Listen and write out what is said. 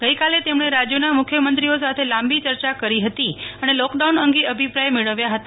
ગઈકાલે તેમણે રાજ્યોના મુખ્યમંત્રી સાથે લાંબી ચર્ચા કરી હતી અને લોકડાઉન અંગે અભિપ્રાય મેળવ્યા હતા